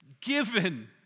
given